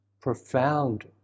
profound